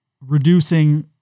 reducing